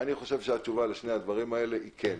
אני חושב שהתשובה לשני הדברים האלה היא כן.